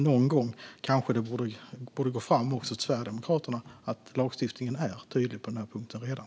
Någon gång kanske det borde gå fram också till Sverigedemokraterna att lagstiftningen redan är tydlig på den här punkten.